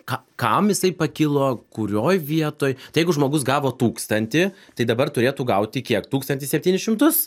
ka kam jisai pakilo kurioj vietoj tai jeigu žmogus gavo tūkstantį tai dabar turėtų gauti kiek tūkstantį septynis šimtus